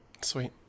Sweet